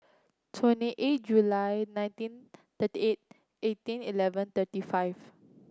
twenty eight July nineteen thirty eight eighteen eleven thirty five